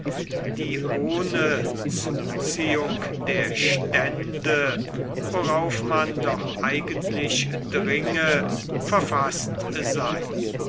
die ohne zuziehung der stände worauf man doch eigentlich dringe verfaßt sei